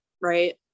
right